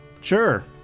Sure